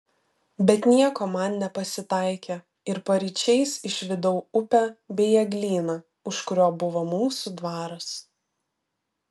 bet nieko man nepasitaikė ir paryčiais išvydau upę bei eglyną už kurio buvo mūsų dvaras